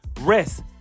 Rest